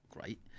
great